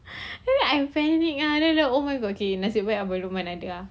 then I panic ah then oh oh my god okay nasib baik abang lukman ada ah